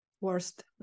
worst